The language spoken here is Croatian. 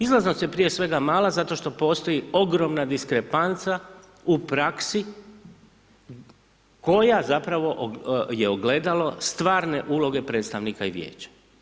Izlaznost je prije svega mala zato što postoji ogromna diskrepanca u praksi koja zapravo je ogledalo stvarne uloge predstavnika i vijeća.